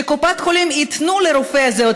וקופות החולים ייתנו לרופא הזה את